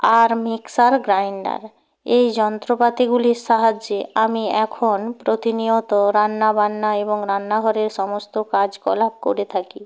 আর mixer grinder এই যন্ত্রপাতিগুলির সাহায্যে আমি এখন প্রতিনিয়ত রান্না বান্না এবং রান্নাঘরের সমস্ত কাজকলাপ করে থাকি